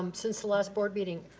um since the last board meeting,